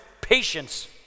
patience